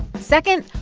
second,